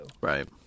Right